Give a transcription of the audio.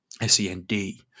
s-e-n-d